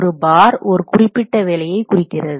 ஒரு பார் ஒரு குறிப்பிட்ட வேலையை குறிக்கிறது